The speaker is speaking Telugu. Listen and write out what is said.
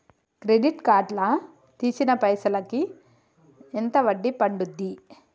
క్రెడిట్ కార్డ్ లా తీసిన పైసల్ కి ఎంత వడ్డీ పండుద్ధి?